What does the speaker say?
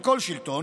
של כל שלטון,